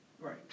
Right